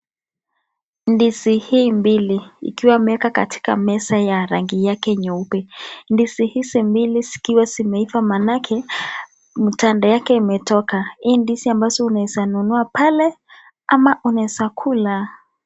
Ndizi hii mbili ikiwa imewekwa katika meza ya rangi yake nyeupe. Ndizi hizi mbili zikiwa zimeiva manake mtanda wake umetoka. Hii ndizi ambazo unaeza nunua pale ama unaeza kula.